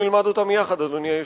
אנחנו נלמד אותם יחד, אדוני היושב-ראש.